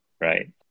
right